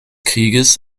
krieges